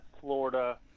Florida